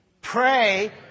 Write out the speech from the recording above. Pray